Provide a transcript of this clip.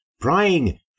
prying